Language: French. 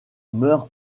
meurt